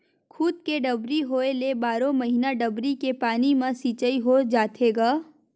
खुद के डबरी होए ले बारो महिना डबरी के पानी म सिचई हो जाथे गा